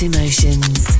Emotions